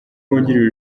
wungirije